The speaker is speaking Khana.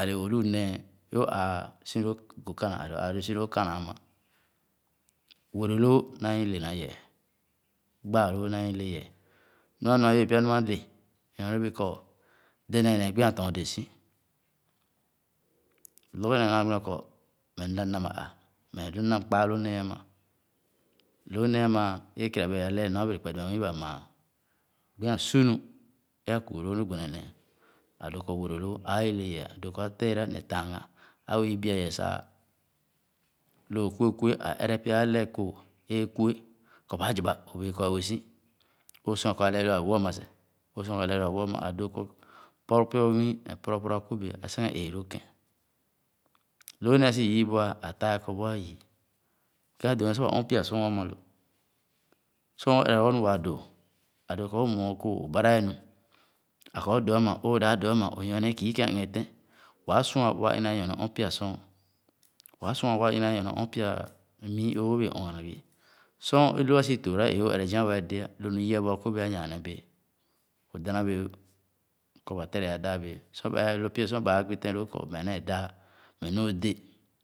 a’le o’lu néé é o’ àà si lōō Gokana, ale o’ aa lōō si lōō khana amà, werelōō naa i le na yɛɛ; gbaalōō naa i le yɛɛ. Ny anua yibe pya numa le, nyorne bèè kɔ dɛdɛɛn néé ghi’e tɔɔn dèèsi. Lɔgɔ néé naa lünà kɔ meh m’da namah ā, meh ālu m’na m’kpaa loo néé ama; lōō néé ama, é kèrè a’bere alɛ nu a’bēē kpɛdɛme nwii ba bèè maa, gbi a’sunu ē’a kuu lōō lōō gbene néé. A’dōō wereloo āā ile yɛɛ. A’dōō kɔ alɛ̄ɛra neh taaghan a’bèè i bia yɛɛ sah lō o’kue kue, ā ere pya alɛɛ kooh éé kue kɔ ba ziba, o’bèè ye kɔ’e ue si, o’sua kɔ ale élua wōh ama seh, o’sua kɔ ale élua wēh ama, a’dōō kɔ pɔrɔ pɔrɔ nwii neh pɔrɔ pɔrɔ akōbèè ā sikēn èè lōō kēn. Lo néé āsi yii bu’a, ā lāa ye kɔ bu a’yii. Kēn a’dōō ne sor ba ɔn pya sɔn ama lo. Sor ōō ere lɔgɔ nu waa doo, a’dōō kɔ o’mue o’kooh, i’bara énu. A’ kɔ o’dōō ama, ōō dāb dōō ama, o’nyorne ye kii ikēn a’ɛghɛtēn, wáà sua wàà inaa ye nyorne ɔn pyà-sɔn, wáà sua wàà in aa ye nyorne ɔn pyà-mii ē ōō’bèè ɔn-gara ghi. Sor é lo’a si toora ē ōō ere zia ē wɛɛ dé ā, lō nu yii’a bu akōbèè ā nyaane bèè. O’dana bēē kɔ ba tere ā, daa bēē sor bae, ere lōō pio-sor bae gbi tɛn lòò kɔ anee daa meh nu o’de.